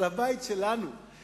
זה הבית שלנו,